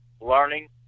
learning